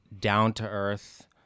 down-to-earth